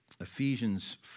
Ephesians